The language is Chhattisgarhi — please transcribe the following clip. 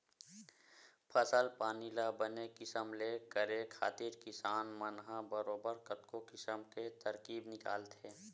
फसल पानी ल बने किसम ले करे खातिर किसान मन ह बरोबर कतको किसम के तरकीब निकालथे